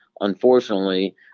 unfortunately